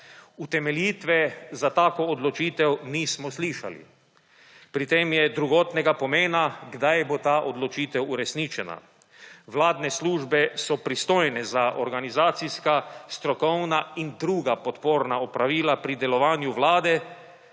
Utemeljitve za tako odločitev nismo slišali. Pri tem je drugotnega pomena kdaj bo ta odločitev uresničena. Vladne službe so pristojne za organizacijska, strokovna in druga podporna opravila pri delovanju Vlade